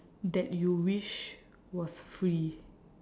that you wish was free